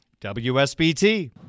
WSBT